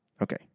Okay